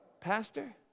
pastor